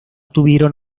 tuvieron